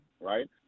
right